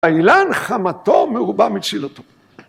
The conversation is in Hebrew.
‫האילן חמתו מרובה מצילתו.